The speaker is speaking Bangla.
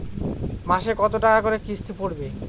মাসে কত টাকা করে কিস্তি পড়বে?